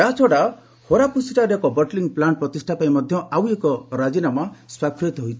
ଏହାଛଡା ହୋରାଫୁସିଠାରେ ଏକ ବଟଲିଂ ପ୍ଲାଣ୍ଟ ପ୍ରତିଷ୍ଠା ପାଇଁ ମଧ୍ୟ ଆଉ ଏକ ରାଜିନାମା ସ୍ୱାକ୍ଷରିତ ହୋଇଛି